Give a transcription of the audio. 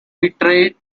betrayed